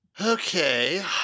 okay